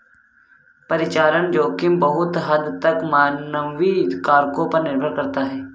परिचालन जोखिम बहुत हद तक मानवीय कारकों पर निर्भर करता है